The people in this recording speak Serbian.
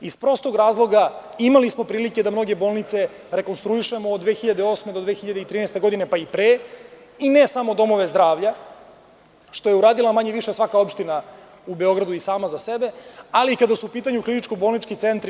Iz prostog razloga, imali smo prilike da mnoge bolnice rekonstruišemo od 2008. do 2013. godine, pa i pre, i ne samo domove zdravlja, što je uradila manje-više svaka opština u Beogradu i sama za sebe, ali i kada su u pitanju kliničko-bolnički centri.